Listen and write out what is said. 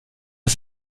das